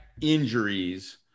injuries